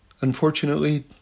unfortunately